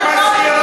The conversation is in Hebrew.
ואת לא מתביישת?